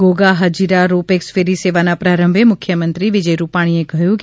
Ghogha Hazira ro pax ferry સેવાના પ્રારંભે મુખ્યમંત્રી વિજય રૂપાણીએ કહ્યું કે